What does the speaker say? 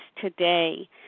today